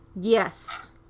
Yes